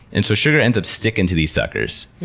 and so sugar ends up sticking to these suckers.